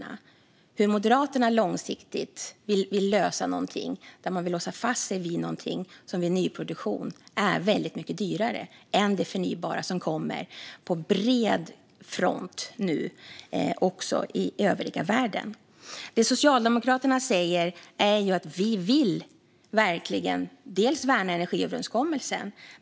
Hur ska Moderaterna långsiktigt lösa detta när man vill låsa fast sig vid något som vid nyproduktion är väldigt mycket dyrare än det förnybara, som nu också kommer på bred front i övriga världen? Socialdemokraterna vill värna energiöverenskommelsen.